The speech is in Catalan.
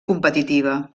competitiva